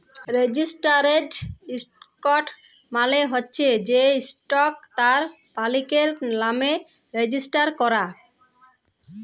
registered stock মালে হচ্যে যে ইসটকট তার মালিকের লামে রেজিস্টার ক্যরা